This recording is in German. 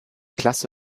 klasse